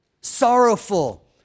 sorrowful